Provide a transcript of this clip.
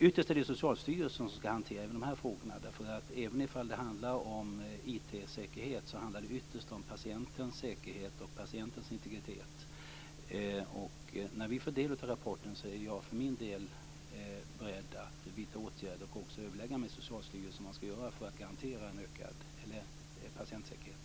Ytterst är det Socialstyrelsen som skall hantera även dessa frågor. Även om det handlar om IT säkerhet handlar det ytterst om patientens säkerhet och patientens integritet. När vi får del av rapporten är jag för min del beredd att vidta åtgärder och också överlägga med Socialstyrelsen om vad man skall göra för att garantera en ökad patientsäkerhet.